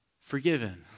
forgiven